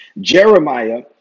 Jeremiah